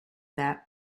that